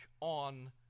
on